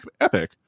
epic